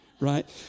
Right